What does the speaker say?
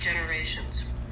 generations